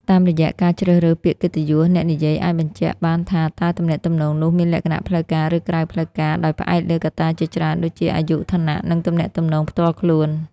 តាមរយៈការជ្រើសរើសពាក្យកិត្តិយស អ្នកនិយាយអាចបញ្ជាក់បានថាតើទំនាក់ទំនងនោះមានលក្ខណៈផ្លូវការ ឬក្រៅផ្លូវការ ដោយផ្អែកលើកត្តាជាច្រើនដូចជា អាយុ ឋានៈ និងទំនាក់ទំនងផ្ទាល់ខ្លួន។